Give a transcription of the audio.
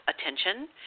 attention